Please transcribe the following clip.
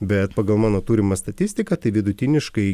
bet pagal mano turimą statistiką tai vidutiniškai